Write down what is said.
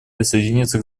присоединиться